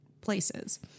places